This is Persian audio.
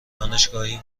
دانشگاهی